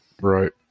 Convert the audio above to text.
Right